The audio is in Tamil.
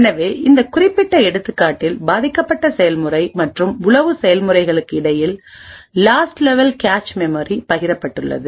எனவே இந்த குறிப்பிட்ட எடுத்துக்காட்டில் பாதிக்கப்பட்ட செயல்முறை மற்றும் உளவு செயல்முறைக்கு இடையில் லாஸ்ட் லெவல் கேச் மெமரி பகிரப்பட்டுள்ளது